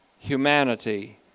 humanity